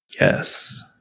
Yes